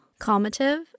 calmative